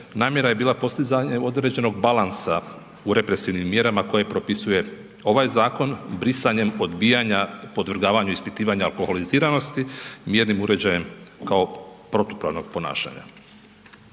namjera je bila postizanje određenog balansa u represivnim mjerama koje propisuje ovaj zakon i brisanjem odbijanja podvrgavanju ispitivanja alkoholiziranosti mjernim uređajem kao protupravnog ponašanja.